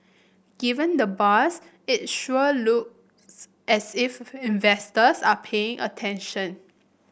given the buzz it sure looks as if investors are paying attention